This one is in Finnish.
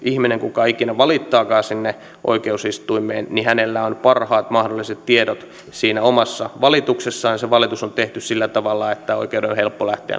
kuka ikinä valittaakaan sinne oikeusistuimeen hänellä on parhaat mahdolliset tiedot siinä omassa valituksessaan ja se valitus on tehty sillä tavalla että oikeuden on helppo